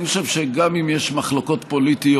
אני חושב שגם אם יש מחלוקות פוליטיות,